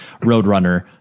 Roadrunner